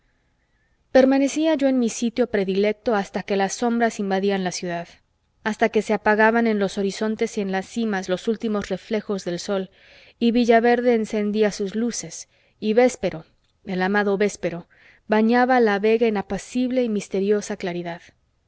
permanecía yo en mi sitio predilecto hasta que las sombras invadían la ciudad hasta que se apagaban en los horizontes y en las cimas los últimos reflejos del sol y villaverde encendía sus luces y véspero el amado véspero bañaba la vega en apacible y misteriosa claridad